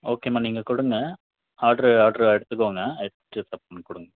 ஓகேம்மா நீங்கள் கொடுங்க ஆர்ட்ரு ஆர்ட்ரு எடுத்துக்கோங்க எடுத்துகிட்டு கொடுங்க